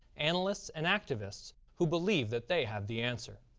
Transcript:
analysts and activists who believe that they have the answer.